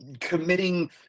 committing